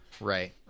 right